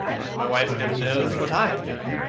and my wife never knows what i am doing.